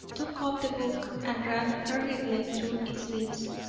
took up the book, and ran hurriedly through its leaves,